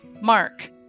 Mark